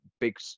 Big